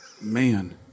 Man